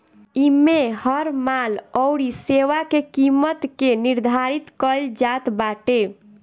इमे हर माल अउरी सेवा के किमत के निर्धारित कईल जात बाटे